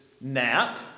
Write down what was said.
nap